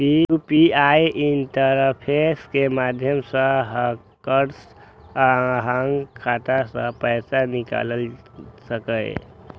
UPI interface के माध्यम सं हैकर्स अहांक खाता सं पैसा निकालि सकैए